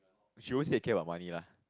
she always take care of money lah